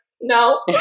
no